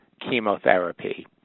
chemotherapy